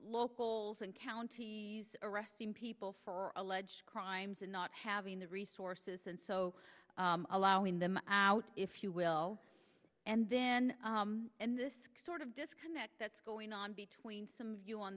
locals and county arresting people for alleged crimes and not having the resources and so allowing them out if you will and then this sort of disconnect that's going on between some of you on